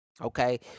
Okay